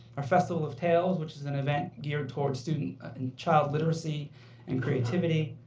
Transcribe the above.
our festival of tales, which is an event geared towards student and child literacy and creativity,